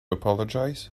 apologize